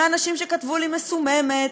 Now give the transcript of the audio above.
מאנשים שכתבו לי "מסוממת",